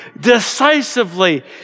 decisively